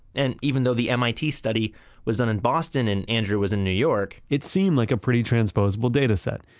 and even though the mit study was done in boston and andrew was in new york it seemed like a pretty transposable data set.